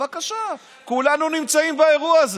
בבקשה, כולנו נמצאים באירוע הזה.